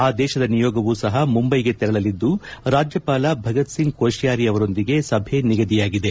ಆ ದೇಶದ ನಿಯೋಗವೂ ಸಹ ಮುಂಬೈಗೆ ತೆರಳಿಲಿದ್ದು ರಾಜ್ಯಪಾಲ ಭಗತ್ ಸಿಂಗ್ ಕೋಶಿಯಾರಿ ಅವರೊಂದಿಗೆ ಸಭೆ ನಿಗದಿಯಾಗಿದೆ